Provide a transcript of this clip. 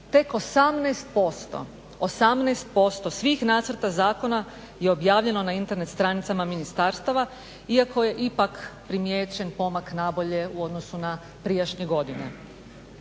tek 18% svih nacrta zakona je objavljeno na Internet stranicama ministarstava iako je ipak primijećen pomak nabolje u odnosu na prijašnje godine.